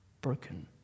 broken